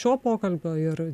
šio pokalbio ir